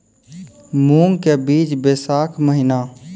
मूंग के बीज बैशाख महीना